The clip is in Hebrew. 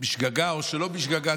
בשגגה או שלא בשגגה,